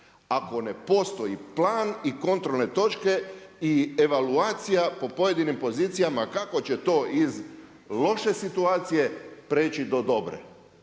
Ako ne postoji plan i kontrolne točke i evaluacija po pojedinim pozicijama kako će to iz loše situacije preći do dobre.